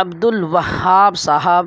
عبد الوہاب صاحب